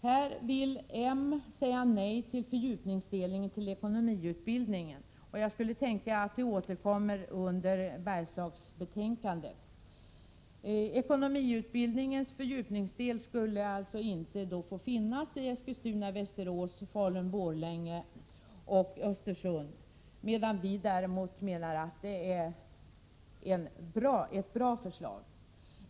Här vill moderaterna säga nej till fördjupningsdelen av ekonomiutbildningen. Jag skulle kunna tänka mig att vi återkommer till detta under debatten om Bergslagsbetänkandet. Ekonomiutbildningens fördjupningsdel skulle alltså inte få finnas i Eskilstuna Borlänge och Östersund. Vi menar däremot att det är ett bra förslag.